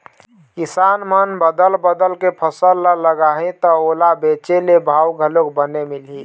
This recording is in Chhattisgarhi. किसान मन बदल बदल के फसल ल लगाही त ओला बेचे ले भाव घलोक बने मिलही